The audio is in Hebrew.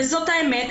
וזאת האמת,